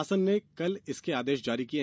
शासन ने कल इसके आदेश जारी किये